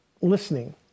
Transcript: listening